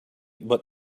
but